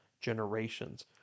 generations